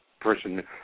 person